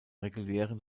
regulären